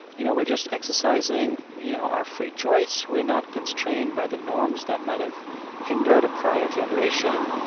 you know, we're just exercising, you know, our free choice, we're not constrained by the norms that might have hindered a prior generation.